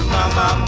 Mama